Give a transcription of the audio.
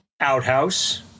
outhouse